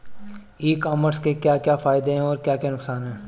ई commerce के क्या क्या फायदे और क्या क्या नुकसान है?